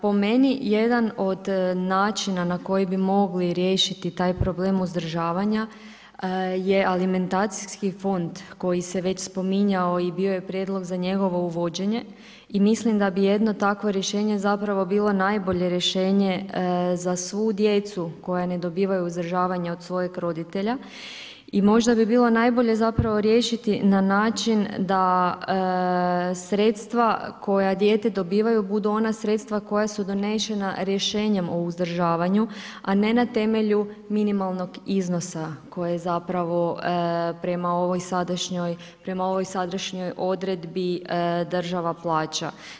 Po meni, jedan od načina na koji bi mogli riješiti taj problem uzdržavanja je alimentacijski fond koji se već spominjao i bio je prijedlog za njegovo uvođenje i mislim da bi jedno takvo rješenje zapravo bilo najbolje rješenje za svu djecu koja ne dobivaju uzdržavanje od svojeg roditelja i možda bi bilo najbolje zapravo riješiti na način da sredstva koja dijete dobiva budu ona sredstva koja su donešena rješenjem o uzdržavanju, a ne na temelju minimalnog iznosa koje zapravo prema ovoj sadašnjoj odredbi država plaća.